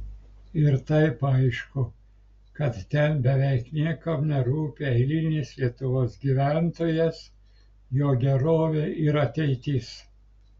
ir taip aišku kad ten beveik niekam nerūpi eilinis lietuvos gyventojas jo gerovė ir ateitis